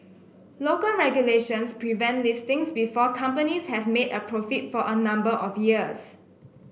local regulations prevent listings before companies have made a profit for a number of years